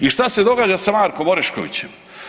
I što se događa sa Markom Oreškovićem?